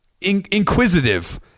inquisitive